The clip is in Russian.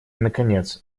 наконец